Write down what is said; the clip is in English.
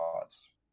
thoughts